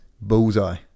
Bullseye